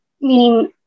meaning